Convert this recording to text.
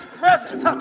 presence